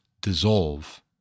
dissolve